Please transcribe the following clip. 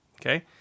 Okay